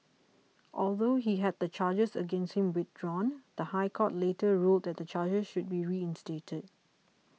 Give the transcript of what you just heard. although he had the charges against him withdrawn the High Court later ruled that the charges should be reinstated